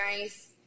nice